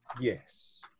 Yes